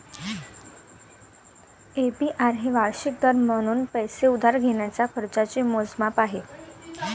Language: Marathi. ए.पी.आर हे वार्षिक दर म्हणून पैसे उधार घेण्याच्या खर्चाचे मोजमाप आहे